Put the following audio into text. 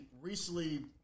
recently